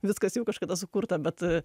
viskas jau kažkada sukurta bet e